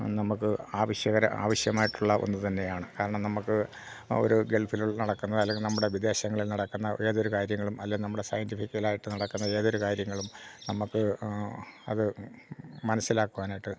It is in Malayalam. നമുക്ക് ആവശ്യകരം ആവശ്യമായിട്ടുള്ള ഒന്ന് തന്നെയാണ് കാരണം നമുക്ക് ഒരു ഗൾഫിൽ നടക്കുന്ന അല്ലെങ്കിൽ നമ്മുടെ വിദേശങ്ങളിൽ നടക്കുന്ന ഏതൊരു കാര്യങ്ങളും അല്ലെങ്കിൽ നമ്മുടെ സയൻറ്റിഫിക്കലായിട്ട് നടക്കുന്ന ഏതൊരു കാര്യങ്ങളും നമുക്ക് അത് മനസ്സിലാക്കുവാനായിട്ട്